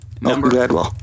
number